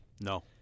No